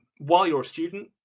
while you're a student,